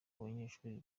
banyeshuri